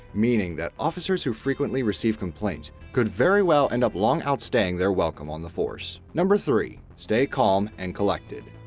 meaning that officers who frequently receive complaints could very well end up long outstaying their welcome on the force. number three, stay calm and collected.